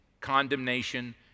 condemnation